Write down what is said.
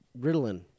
Ritalin